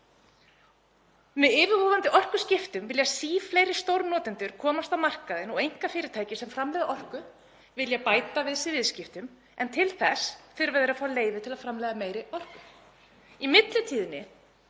Með yfirvofandi orkuskiptum vilja sífellt fleiri stórnotendur komast á markaðinn og einkafyrirtæki sem framleiða orku vilja bæta við sig viðskiptum en til þess þurfa þau að fá leyfi til að framleiða meiri orku.